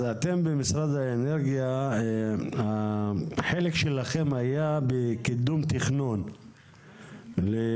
אז החלק שלכם במשרד האנרגיה היה בקידום תכנון לביצוע